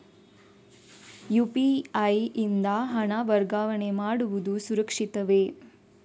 UPI ಯಿಂದ ಹಣ ವರ್ಗಾವಣೆ ಮಾಡುವುದು ಸುರಕ್ಷಿತವೇ?